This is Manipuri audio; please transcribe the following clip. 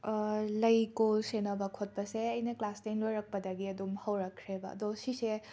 ꯂꯩꯀꯣꯜ ꯁꯦꯟꯅꯕ ꯈꯣꯠꯄꯁꯦ ꯑꯩꯅ ꯀ꯭ꯂꯥꯁ ꯇꯦꯟ ꯂꯣꯏꯔꯛꯄꯗꯒꯤ ꯑꯗꯨꯝ ꯍꯧꯔꯛꯈ꯭ꯔꯦꯕ ꯑꯗꯣ ꯁꯤꯁꯦ